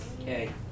Okay